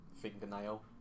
fingernail